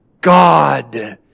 God